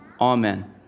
Amen